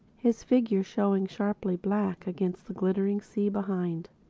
his figure showing sharply black against the glittering sea behind.